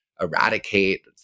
eradicate